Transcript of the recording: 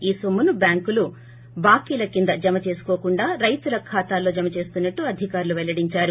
ఈ నొమ్మును బ్యాంకులు బాకీల కింద జమ చేసుకోకుండా రైతుల ఖాతాల్లో జమ చేస్తున్పట్లు అధికారులు పెల్లడించారు